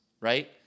right